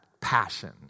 passion